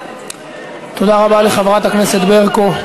תודה רבה לחברת הכנסת ברקו.